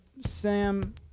sam